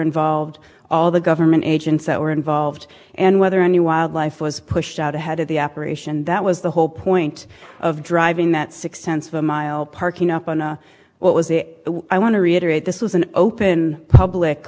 involved all the government agents that were involved and whether any wildlife was pushed out ahead of the operation that was the whole point of driving that six cents a mile parking up and what was the i want to reiterate this was an open public